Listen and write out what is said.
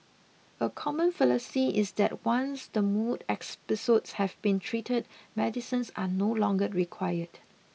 a common fallacy is that once the mood episodes have been treated medicines are no longer required